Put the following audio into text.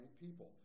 people